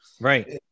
right